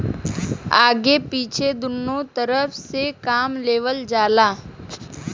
आगे पीछे दुन्नु तरफ से काम लेवल जाला